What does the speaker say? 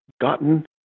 gotten